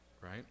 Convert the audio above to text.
right